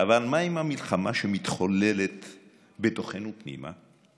אבל מה עם המלחמה שמתחוללת בתוכנו פנימה?